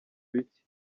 bike